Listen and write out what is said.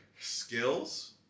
skills